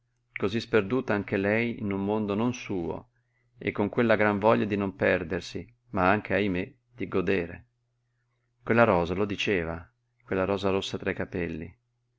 cosí sperduta anche lei in un mondo non suo e con quella gran voglia di non perdersi ma anche ahimè di godere quella rosa lo diceva quella rosa rossa tra i capelli